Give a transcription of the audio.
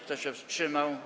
Kto się wstrzymał?